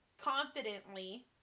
confidently